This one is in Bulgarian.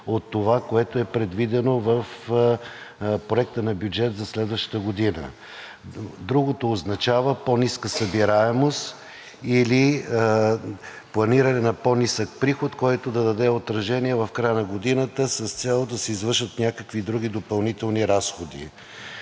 от това, което е предвидено в Проекта на бюджет за следващата година. Другото означава по-ниска събираемост или планиране на по-нисък приход, който да даде отражение в края на годината, с цел да се извършат някакви други допълнителни разходи.